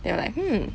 they'll be like hmm